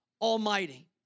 Almighty